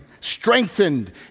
strengthened